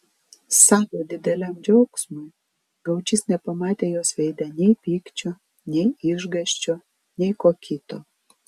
savo dideliam džiaugsmui gaučys nepamatė jos veide nei pykčio nei išgąsčio nei ko kito